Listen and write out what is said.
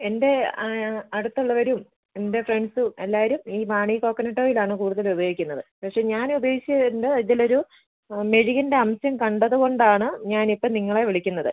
എൻ്റെ അടുത്തുള്ളവരും എൻ്റെ ഫ്രണ്ട്സും എല്ലാവരും ഈ വാണി കോക്കനട്ട് ഓയിൽ ആണ് കൂടുതൽ ഉപയോഗിക്കുന്നത് പക്ഷെ ഞാൻ ഉപയോഗിച്ച് വരുമ്പോൾ ഇതിൽ ഒരു ആ മെഴുകിൻ്റെ അംശം കണ്ടത് കൊണ്ടാണ് ഞാൻ ഇപ്പം നിങ്ങളെ വിളിക്കുന്നത്